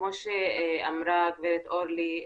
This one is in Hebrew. כמו שאמרה גב' אורלי,